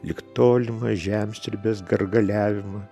lyg tolimą žemsiurbės gargaliavimą